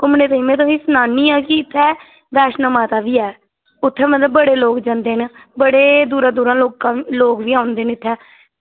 घुम्मनै फिरने गी में तुसेंगी सनानी आं कि इत्थै वैशनो माता बी ऐ उत्थै मतलब बड़े लोक जंदे न बड़े दूरा दूरा लोक बी औंदे न इत्थै